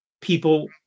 People